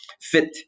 fit